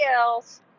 else